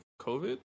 COVID